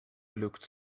looked